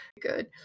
Good